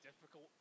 difficult